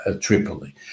Tripoli